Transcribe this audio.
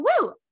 woo